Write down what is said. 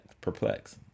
perplexed